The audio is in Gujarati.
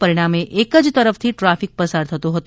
પરિણામે એક જ તરફથી ટ્રાફિક પસાર થતો હતો